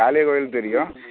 காளியா கோயில் தெரியும்